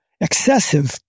excessive